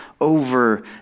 over